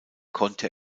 konnte